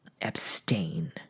abstain